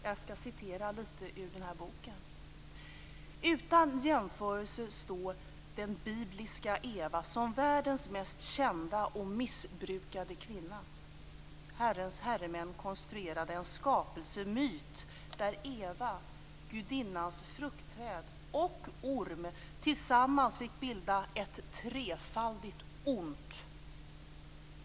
Jag skall citera litet ur boken Efter tusen år av tystnad: "Utan jämförelse står den bibliska Eva som världens mest kända och missbrukade kvinna. Herrens herremän konstruerade en skapelsemyt där Eva, Gudinnans fruktträd och orm tillsammans fick bilda ett trefaldigt ont.